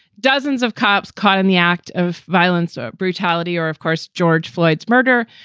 dozens of cops caught in the act of violence or brutality, or, of course, george floyds murder.